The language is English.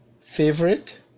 favorite